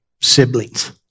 siblings